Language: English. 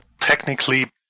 technically